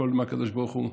הכול מהקדוש ברוך הוא: